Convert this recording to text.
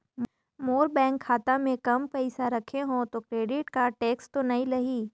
मोर bank खाता मे काम पइसा रखे हो तो क्रेडिट कारड टेक्स तो नइ लाही???